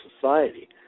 society